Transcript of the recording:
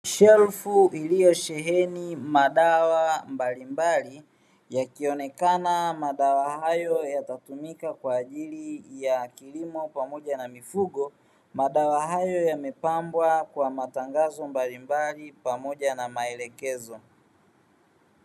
Shelfu iliyosheheni madawa mbalimbali, yakionekana madawa hayo yanatumika kwa ajili ya kilimo pamoja na mifugo. Madawa hayo yamepambwa kwa matangazo mbalimbali, pamoja na maelekezo.